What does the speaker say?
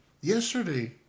Yesterday